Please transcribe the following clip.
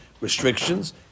restrictions